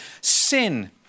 Sin